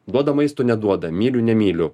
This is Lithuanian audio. duoda maisto neduoda myliu nemyliu